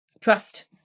Trust